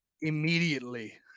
immediately